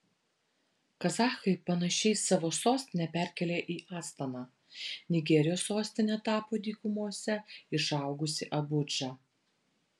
kazachai panašiai savo sostinę perkėlė į astaną nigerijos sostine tapo dykumose išaugusi abudža